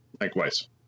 Likewise